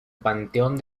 panteón